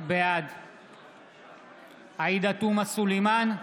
בעד עאידה תומא סלימאן,